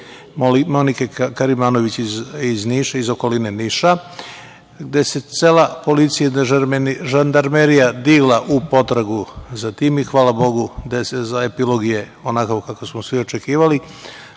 Monike Karimanović iz okoline Niša, gde se cela policija, žandarmerija digla u potragu za tim, i hvala Bogu, desio se epilog onakav kakav smo svi očekivali.